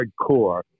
hardcore